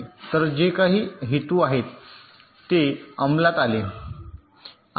तर जे काही हेतू आहे ते अंमलात आले